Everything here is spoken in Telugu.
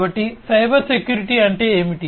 కాబట్టి సైబర్ సెక్యూరిటీ అంటే ఏమిటి